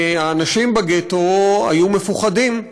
והאנשים בגטו היו מפוחדים.